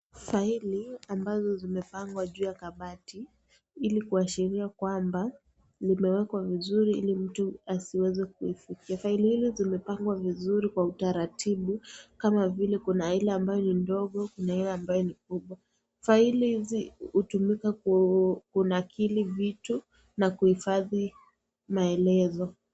Faili ambazo zimepangwa juu ya kabati, ili kuashiria kwamba zimewekwa vizuri ili mtu asiweze kuifikia. Faili hizi zimepangwa vizuri kwa utaratibu, kama vile kuna ile ni ndogo na kuna ile ambayo ni kubwa. Faili hizi hutumika kunakili vitu, na kuhifadhi maelezo.